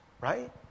right